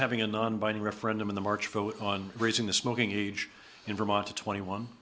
having a non binding referendum in the march vote on raising the smoking age in vermont to twenty one